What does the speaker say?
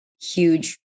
huge